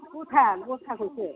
गथा गथाखौसो